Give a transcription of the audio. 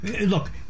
look